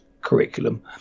curriculum